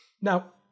Now